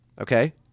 Okay